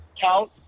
count